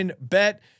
bet